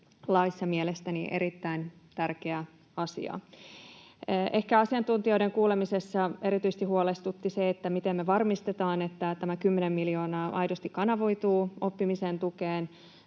laissa mielestäni erittäin tärkeä asia. Ehkä asiantuntijoiden kuulemisessa erityisesti huolestutti se, miten me varmistetaan, että tämä kymmenen miljoonaa aidosti kanavoituu oppimisen tukeen.